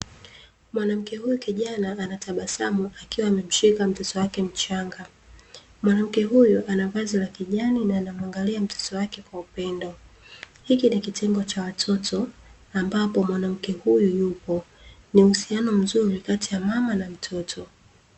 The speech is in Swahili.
Mwanamke huyu kijana anatabasamu akiwa amemshika mtoto wake mchanga, mwanamke huyu ana vazi la kijani anamuangalia mtoto wake kwa upendo, hiki ni kitengo cha watoto ambapo mwanamke huyu yupo, ni uhusiano mzuri kati ya mama na mtoto.